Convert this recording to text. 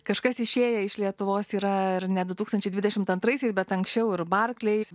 kažkas išėję iš lietuvos yra ar ne du tūkstančiai dvidešimt antraisiais bet anksčiau ir barclays